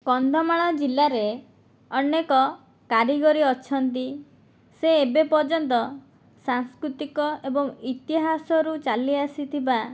କନ୍ଧମାଳ ଜିଲ୍ଲାରେ ଅନେକ କାରିଗରି ଅଛନ୍ତି ସେ ଏବେ ପର୍ଯ୍ୟନ୍ତ ସାଂସ୍କୃତିକ ଏବଂ ଇତିହାସରୁ ଚାଲି ଆସିଥିବା